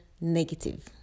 negative